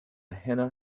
henna